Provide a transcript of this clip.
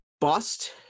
bust